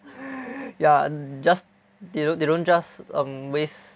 ya and just they don't they don't just um waste